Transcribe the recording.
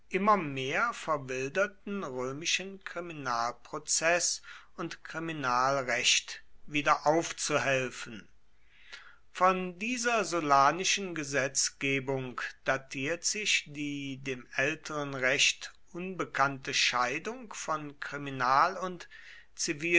immer mehr verwilderten römischen kriminalprozeß und kriminalrecht wiederaufzuhelfen von dieser sullanischen gesetzgebung datiert sich die dem älteren recht unbekannte scheidung von kriminal und